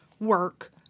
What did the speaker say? work